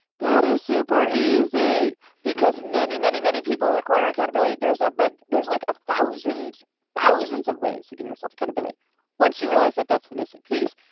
that is super easy because many, many, many people require accountability there's ah but there's like thousands of ways to give yourself accountability once you realize that that's the missing piece,